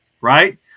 right